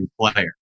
player